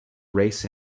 race